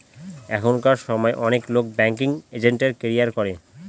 এখনকার সময় অনেক লোক ব্যাঙ্কিং এজেন্টের ক্যারিয়ার করে